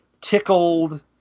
tickled